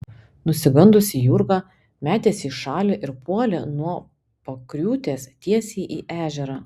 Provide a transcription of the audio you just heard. nusigandusi jurga metėsi į šalį ir puolė nuo pakriūtės tiesiai į ežerą